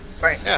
Right